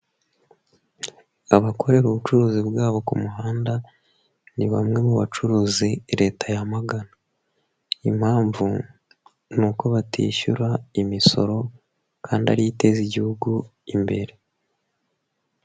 Abakorera ubucuruzi bwabo ku muhanda, ni bamwe mu bacuruzi leta yamagana, impamvu nuko batishyura imisoro kandi ariyo iteza igihugu imbere.